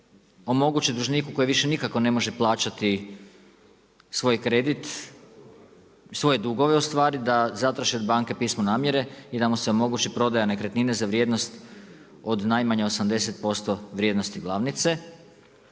omogući dužniku koji više nikako ne može plaćati svoje dugove da zatraži od banke pismo namjere i da mu se omogući prodaja nekretnine za vrijednost od najmanje 80% vrijednosti glavnice.